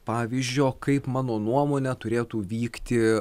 pavyzdžio kaip mano nuomone turėtų vykti